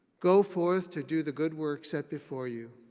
go forth to do the good work set before you.